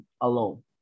alone